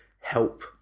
help